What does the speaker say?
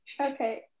Okay